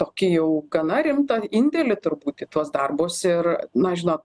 tokį jau gana rimtą indėlį turbūt į tuos darbus ir na žino